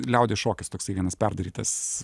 liaudies šokis toksai vienas perdarytas